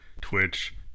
Twitch